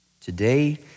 Today